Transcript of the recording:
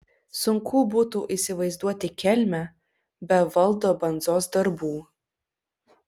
sunku būtų įsivaizduoti kelmę be valdo bandzos darbų